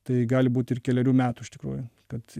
tai gali būt ir kelerių metų iš tikrųjų kad